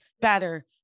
better